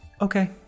Okay